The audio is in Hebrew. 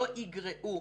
לא יגרעו,